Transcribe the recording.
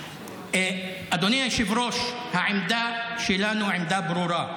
אדוני היושב-ראש, העמדה שלנו היא עמדה ברורה,